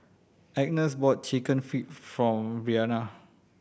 Agness bought Chicken Feet for Brianna